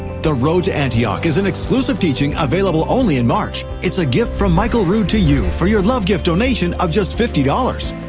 the road to antioch is an exclusive teaching available only in march. it's a gift from michael rood to you for your love gift donation of just fifty dollars.